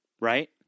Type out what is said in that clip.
right